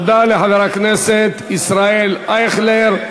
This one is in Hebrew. תודה לחבר הכנסת ישראל אייכלר.